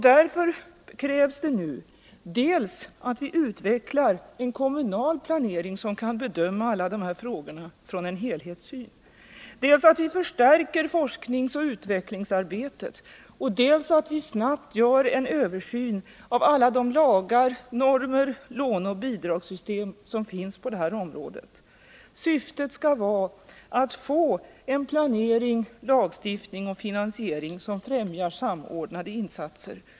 Därför krävs det nu dels att vi utvecklar en kommunal planering som kan bedöma alla dessa frågor från en helhetssyn, dels att vi förstärker forskningsoch utvecklingsarbetet och dels att vi snabbt gör en översyn av alla de lagar, normer och låneoch bidragssystem som gäller på alla dessa områden. Syftet skall vara att få en planering, lagstiftning och finansiering som främjar samordnade insatser.